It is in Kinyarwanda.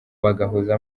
bagahuza